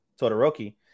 Todoroki